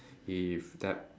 if that